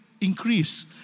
increase